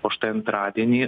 o štai antradienį